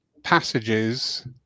passages